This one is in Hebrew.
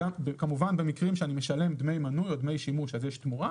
וכמובן במקרים שאני משלם דמי מנוי או דמי שימוש אז יש תמורה,